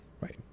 right